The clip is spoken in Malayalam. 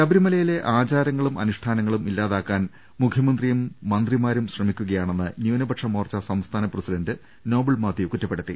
ശബരിമലയിലെ ആചാരങ്ങളും അനുഷ്ഠാനങ്ങളും ഇല്ലാതാ ക്കാൻ മുഖ്യമന്ത്രിയും മന്ത്രിമാരും ശ്രമിക്കുകയാണെന്ന് ന്യൂനപ ക്ഷമോർച്ച സംസ്ഥാന പ്രസിഡണ്ട് നോബിൾ മാത്യു കുറ്റപ്പെടു ത്തി